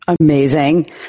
Amazing